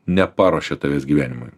neparuošė tavęs gyvenimui